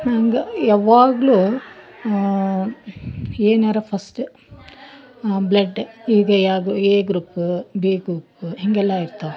ಹಂಗೆ ಯಾವಾಗಲು ಏನಾದರು ಫರ್ಸ್ಟ್ ಬ್ಲಡ್ ಈಗ ಯಾವುದು ಎ ಗ್ರೂಪ್ ಬಿ ಗ್ರೂಪ್ ಹೀಗೆಲ್ಲ ಇರ್ತಾವು